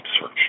search